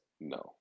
No